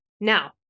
Now